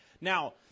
Now